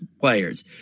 players